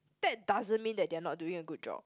that doesn't mean that they are not doing a good job